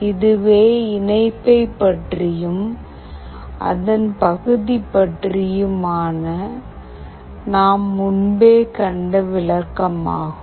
இதுவே இணைப்பை பற்றியும் அதன் பகுதி பற்றியுமான நாம் முன்பே கண்ட விளக்கமாகும்